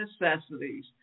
necessities